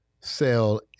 sell